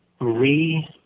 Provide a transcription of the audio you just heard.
re